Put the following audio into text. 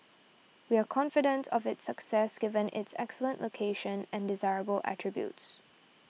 we are confidence of its success given its excellent location and desirable attributes